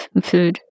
food